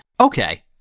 Okay